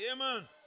Amen